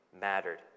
mattered